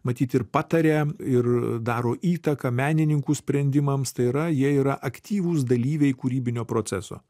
matyt ir pataria ir daro įtaką menininkų sprendimams tai yra jie yra aktyvūs dalyviai kūrybinio proceso